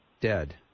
dead